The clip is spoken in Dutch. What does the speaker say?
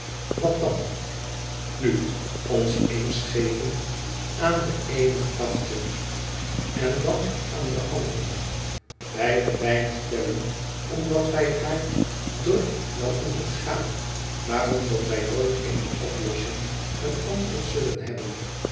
wat dan nu ons eens geven aan de eene gedachte en dan aan de andere beide weinig tellen omdat wij haar druk wel ondergaan maar omdat wij nooit eene oplossing een antwoord zullen hebben